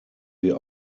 wir